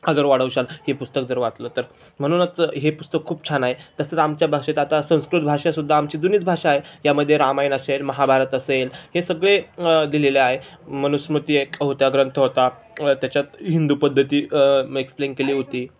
आदर वाढवशाल हे पुस्तक जर वाचलं तर म्हणूनच हे पुस्तक खूप छान आहे तसंच आमच्या भाषेत आता संस्कृत भाषासुद्धा आमची जुनीच भाषा आहे यामध्ये रामायण असेल महाभारत असेल हे सगळे दिलेले आहे मनुस्मती एक होता ग्रंथ होता त्याच्यात हिंदू पद्धती एक्सप्लेन केली होती